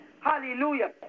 Hallelujah